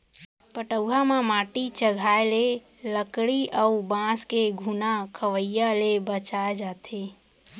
पटउहां म माटी चघाए ले लकरी अउ बांस के घुना खवई ले बचाए जाथे